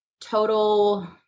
total